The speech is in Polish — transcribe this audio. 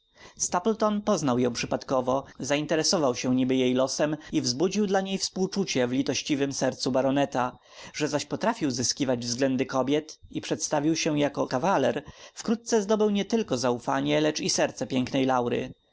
lyons stapleton poznał ją przypadkowo zainteresował się niby jej losem i wzbudził dla niej współczucie w litościwem sercu baroneta że zaś potrafił zyskiwać względy kobiet i przedstawił się jako kawaler wkrótce zdobył nietylko zaufanie lecz i serce pięknej laury